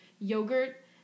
yogurt